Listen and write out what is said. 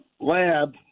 lab